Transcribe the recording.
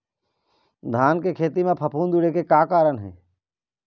धान के खेती म फफूंद उड़े के का कारण हे?